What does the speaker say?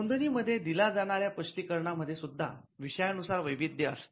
नोंदणी मध्ये दिल्या जाणाऱ्या स्पष्टीकरणा मध्ये सुद्धा विषयानुसार वैविध्य येते